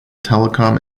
telecom